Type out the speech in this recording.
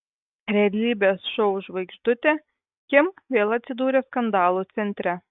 realybės šou žvaigždutė kim vėl atsidūrė skandalų centre